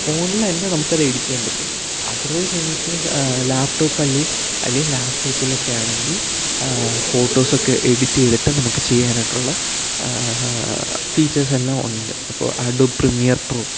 ഫോണിൽ തന്നെ നമുക്കത് എഡിറ്റ് ചെയ്യാൻ പറ്റും അദർവൈസ് ഇൻ കേസ് ലാപ്ടോപ്പ് അല്ലേ അല്ലെങ്കിൽ ലാപ്ടോപ്പിലൊക്കെ ആണെങ്കിൽ ഫോട്ടോസ് ഒക്കെ എഡിറ്റ് ചെയ്തിട്ട് നമുക്ക് ചെയ്യാനായിട്ടുള്ള ഫീച്ചേഴ്സ് എല്ലാം ഉണ്ട് അപ്പോൾ അഡോബ് പ്രിമിയർ പ്രോ